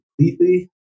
completely